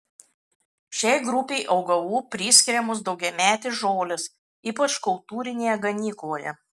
šiai grupei augalų priskiriamos daugiametės žolės ypač kultūrinėje ganykloje